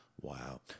wow